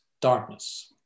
darkness